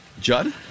Judd